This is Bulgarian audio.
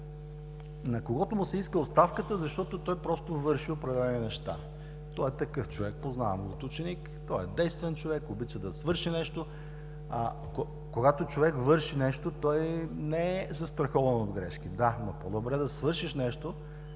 на когото му се иска оставката, защото той просто върши определени неща. Той е такъв човек. Познавам го от ученик – той е действен човек, обича да свърши нещо. А когато човек върши нещо, той не е застрахован от грешки, да. Но по-добре е да свършиш нещо,